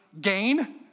gain